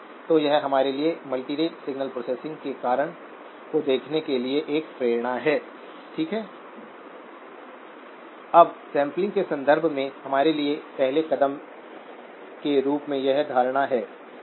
तो हमारे पास डिनामनैटर में 1 प्लस गेन है